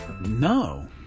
No